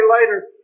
later